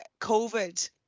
COVID